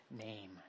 name